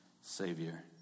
savior